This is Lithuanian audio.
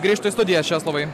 grįžtu į studiją česlovai